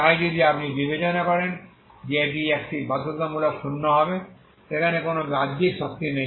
তাই যদি আপনি বিবেচনা করেন যে এটি একটি বাধ্যতামূলক শূন্য হবে সেখানে কোন বাহ্যিক শক্তি নেই